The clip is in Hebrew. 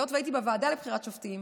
והיות שהייתי בוועדה לבחירת שופטים,